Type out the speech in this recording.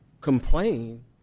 complain